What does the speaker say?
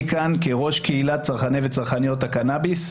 אני יושב-ראש מפלגה ומייצג את הקורבנות של המדיניות שאתם מדברים עליה,